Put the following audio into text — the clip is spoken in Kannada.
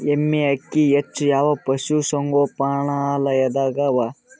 ಎಮ್ಮೆ ಅಕ್ಕಿ ಹೆಚ್ಚು ಯಾವ ಪಶುಸಂಗೋಪನಾಲಯದಾಗ ಅವಾ?